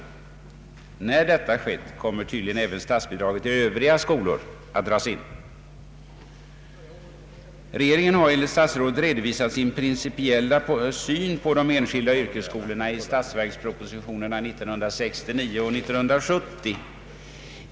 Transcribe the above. När detta skett, kommer tydligen även statsbidragen till övriga skolor att dras in. Regeringen har enligt statsrådet redovisat sin principiella syn på de enskilda yrkesskolorna i statsverkspropositionerna 1969 och 1970.